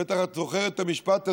בטח את זוכרת את המשפט הזה,